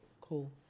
Cool